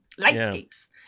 lightscapes